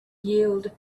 yield